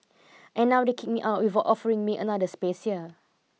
and now they kick me out without offering me another space here